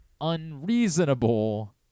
unreasonable